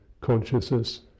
consciousness